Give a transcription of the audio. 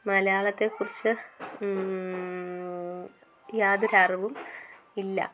മലയാളത്തെക്കുറിച്ച് യാതൊരു അറിവും ഇല്ല